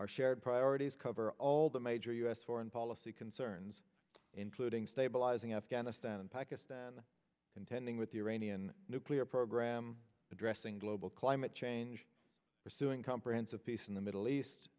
our shared priorities cover all the major u s foreign policy concerns including stabilizing afghanistan and pakistan contending with the iranian nuclear program addressing global climate change pursuing comprehensive peace in the middle east